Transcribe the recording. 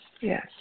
yes